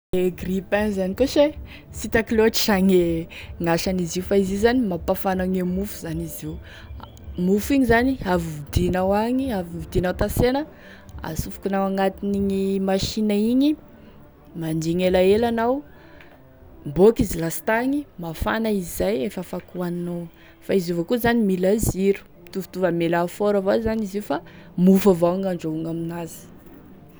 E grille-pain zany koa sa sitako loatry sa gne gn'asan'izy io fa izy io zany mampafana gne mofo zany izy io, a mofo igny zany avy novidianao agny, avy novidianao tansena, asofokinao agnatin'igny machine igny, mandigny elaela anao, miboaky izy lastagny, mafana izy zay, efa afaky hoaninao, fa izy io avao koa zany mila ziro mitovitovy ame lafaoro avao izy io zany, fa mofo avao handrahoagny amin'azy.